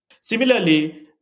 Similarly